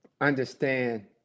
understand